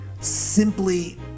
simply